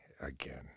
again